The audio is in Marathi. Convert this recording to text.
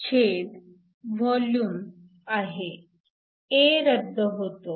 A रद्द होतो